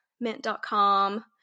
mint.com